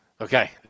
okay